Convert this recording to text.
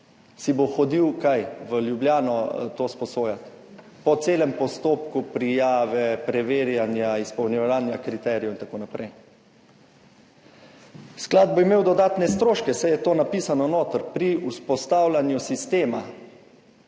hodil v Ljubljano to sposojat po celem postopku prijave, preverjanja izpolnjevanja kriterijev in tako naprej? Sklad bo imel dodatne stroške, saj je to napisano noter, pri vzpostavljanju sistema